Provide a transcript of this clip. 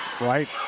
Right